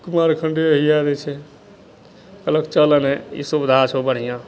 कुमारखण्डे दिस हिए दै छै कहलक चलऽ एन्ने ई सुविधा छै बढ़िआँ